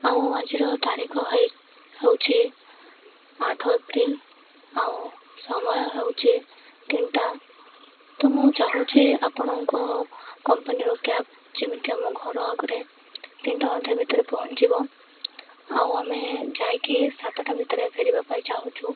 ଆଉ ଆଜିର ତାରିଖ ହେଇ ହେଉଛି ଆଠ ଏପ୍ରିଲ ଆଉ ସମୟ ହେଉଛି ତିନିଟା ତ ମୁଁ ଚାହୁଁଛି ଆପଣଙ୍କ କମ୍ପାନୀର କ୍ୟାବ୍ ଯେମିତି ଆମ ଘର ଆଗରେ ତିନିଟା ଅଧେ ଭିତରେ ପହଞ୍ଚିବ ଆଉ ଆମେ ଯାଇକି ସାତଟା ଭିତରେ ଫେରିବା ପାଇଁ ଚାହୁଁଛୁ